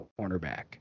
cornerback